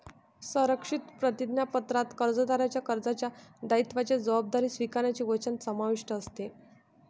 संरक्षित प्रतिज्ञापत्रात कर्जदाराच्या कर्जाच्या दायित्वाची जबाबदारी स्वीकारण्याचे वचन समाविष्ट असते